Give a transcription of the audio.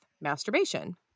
masturbation